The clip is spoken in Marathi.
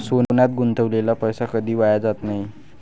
सोन्यात गुंतवलेला पैसा कधीही वाया जात नाही